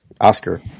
Oscar